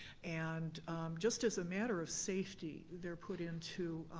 and just as a matter of safety, they're put into,